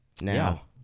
Now